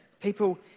people